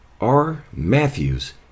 rmatthews